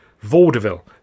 Vaudeville